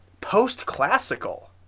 post-classical